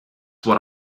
what